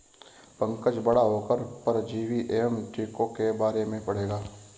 पंकज बड़ा होकर परजीवी एवं टीकों के बारे में पढ़ेगा